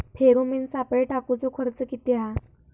Pheromone सापळे टाकूचो खर्च किती हा?